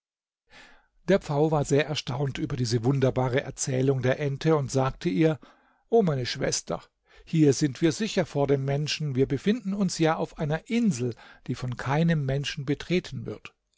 der pfau war sehr erstaunt über diese wunderbare erzählung der ente und sagte ihr o meine schwester hier sind wir sicher vor dem menschen wir befinden uns ja auf einer insel die von keinem menschen betreten wird